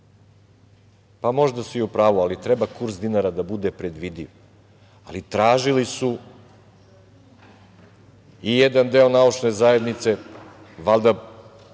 Možda su i u pravu, ali treba kurs dinara da bude predvidiv, ali tražili su, i jedan deo naučne zajednice, valjda